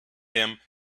them